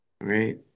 Right